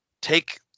take